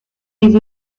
des